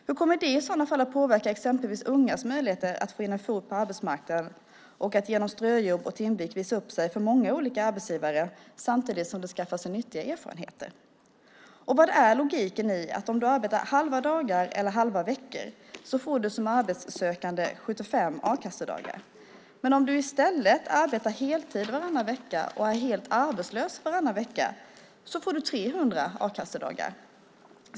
Hur kommer det i så fall att påverka exempelvis ungas möjligheter att få in en fot på arbetsmarknaden och att genom ströjobb och timvik visa upp sig för många olika arbetsgivare samtidigt som de skaffar sig nyttiga erfarenheter? Vad är logiken i följande: Om man arbetar halva dagar eller halva veckor får man som arbetssökande 75 a-kassedagar. Men om man i stället arbetar heltid varannan vecka och är helt arbetslös varannan vecka får man 300 a-kassedagar.